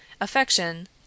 Affection